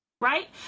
right